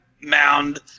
mound